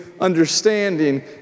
understanding